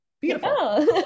Beautiful